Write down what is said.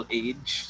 age